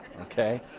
Okay